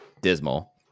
dismal